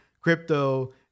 crypto